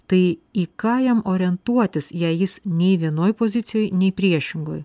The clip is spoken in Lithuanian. tai į ką jam orientuotis jei jis nei vienoj pozicijoj nei priešingoj